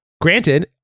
granted